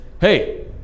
hey